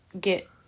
get